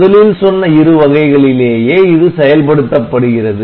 முதலில் சொன்ன இரு வகைகளிலேயே இது செயல்படுத்தப்படுகிறது